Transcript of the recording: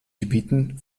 gebieten